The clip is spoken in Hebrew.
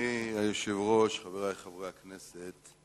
אדוני היושב-ראש, חברי חברי הכנסת,